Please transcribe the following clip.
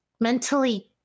mentally